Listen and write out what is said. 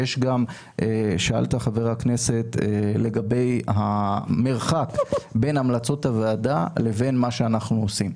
שאלת חבר הכנסת לגבי המרחק בין המלצות הוועדה לבין מה שאנחנו עושים.